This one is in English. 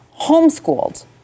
homeschooled